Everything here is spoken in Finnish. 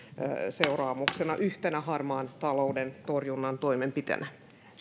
seuraamuksena yhtenä harmaan talouden torjunnan toimenpiteenä